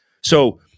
So-